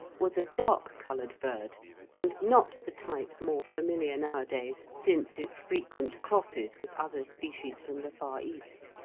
was a dark-coloured bird and not the type more familiar nowadays since its frequent crosses with other species from the far east,